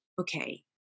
okay